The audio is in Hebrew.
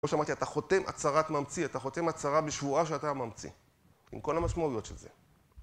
כמו שאמרתי, אתה חותם הצהרת ממציא, אתה חותם הצהרה בשבועה שאתה הממציא, עם כל המשמעויות של זה.